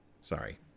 Sorry